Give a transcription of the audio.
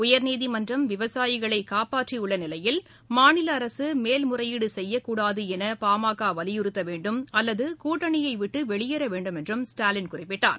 உயர்நீதிமன்றம் விவசாயிகளை காப்பாற்றியுள்ள நிலையில் மாநில அரசு மேல் முறையீடு செய்யக்கூடாது என பாமக வலியுறுத்த வேண்டும் அல்லது கூட்டணியை விட்டு வெளியேற வேண்டும் என்றும் ஸ்டாலின் குறிப்பிட்டார்